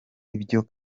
ibyo